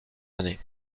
années